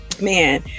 Man